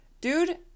Dude